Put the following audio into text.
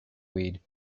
weed